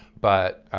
but